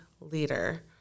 leader